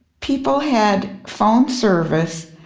people had phone service,